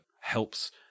helps